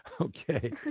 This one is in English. Okay